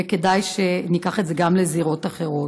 וכדאי שניקח את זה גם לזירות אחרות.